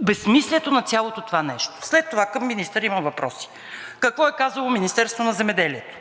безсмислието на цялото това нещо? След това, към министъра имам въпроси. Какво е казало Министерството на земеделието?